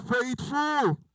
faithful